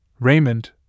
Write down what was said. Raymond